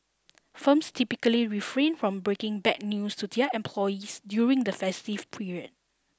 firms typically refrain from breaking bad news to their employees during the festive period